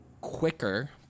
quicker